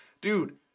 Dude